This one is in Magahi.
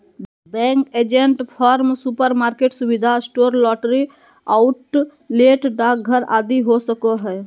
बैंक एजेंट फार्म, सुपरमार्केट, सुविधा स्टोर, लॉटरी आउटलेट, डाकघर आदि हो सको हइ